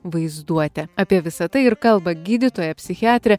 vaizduotę apie visa tai ir kalba gydytoja psichiatrė